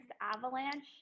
Avalanche